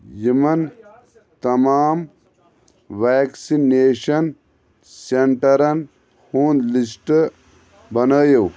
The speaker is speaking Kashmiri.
یِمَن تمام ویٚکسِنیشَن سیٚنٹرن ہُنٛد لسٹہٕ بنٲیِو